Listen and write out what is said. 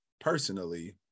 personally